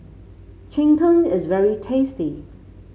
Cheng Tng is very tasty